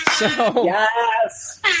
Yes